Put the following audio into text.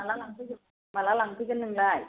माब्ला लांफैगोन माब्ला लांफैगोन नोंलाय